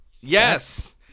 Yes